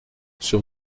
sur